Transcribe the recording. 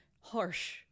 harsh